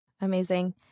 Amazing